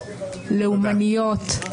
לאומניות,